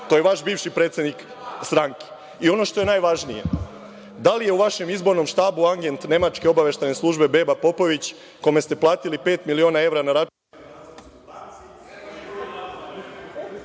to je vaš bivši predsednik stranke. Ono što je najvažnije, da li je u vašem izbornom štabu agent nemačke obaveštajne službe Beba Popović, kome ste platili pet miliona evra na račun…